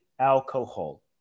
Alcohol